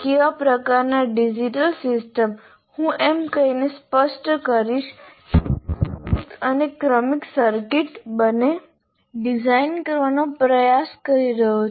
કેવા પ્રકારની digital systems હું એમ કહીને સ્પષ્ટ કરીશ કે હું સંયુક્ત અને ક્રમિક સર્કિટબંને ડિઝાઇન કરવાનો પ્રયાસ કરી રહ્યો છું